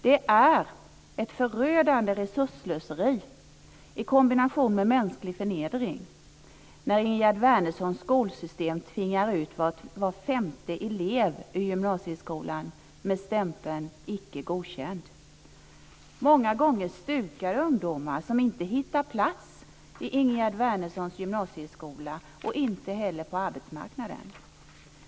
Det är ett förödande resursslöseri i kombination med mänsklig förnedring när Ingegerd Wärnerssons skolsystem tvingar ut var femte elev ur gymnasieskolan med stämpeln: Icke godkänd. Många gånger stupar ungdomar som inte hittar plats i Ingegerd Wärnerssons gymnasieskola och inte heller på arbetsmarknaden.